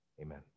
Amen